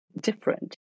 different